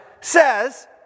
says